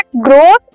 growth